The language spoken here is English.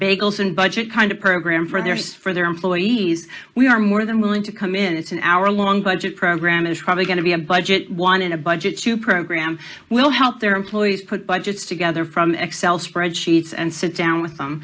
bagels and budget kind of program for their search for their employees we are more than willing to come in it's an hour long budget program is probably going to be a budget one in a budget two program will help their employees put budgets together from excel spreadsheets and sit down with them